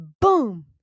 boom